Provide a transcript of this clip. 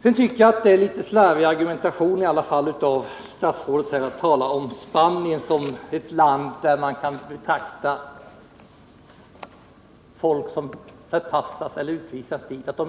Sedan tycker jag att det i alla fall är en något slarvig argumentation av statsrådet att här tala om Spanien som ett land som beviljar fristad till personer vilka förpassas eller utvisas dit.